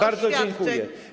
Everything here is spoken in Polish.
Bardzo dziękuję.